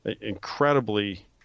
incredibly